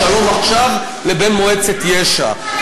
"שלום עכשיו" לבין מועצת יש"ע.